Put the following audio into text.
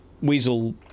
weasel